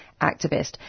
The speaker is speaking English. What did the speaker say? activist